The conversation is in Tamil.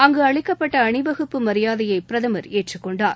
அங்கு அளிக்கப்பட்ட அணிவகுப்பு மரியாதையை பிரதமர் ஏற்றுக்கொண்டார்